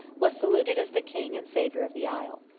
was saluted as the king and savior of the isle.